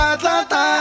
Atlanta